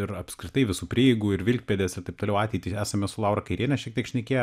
ir apskritai visų prieigų ir vilkpėdės ir taip toliau ateitį esame su laura kairiene šiek tiek šnekėję